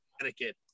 etiquette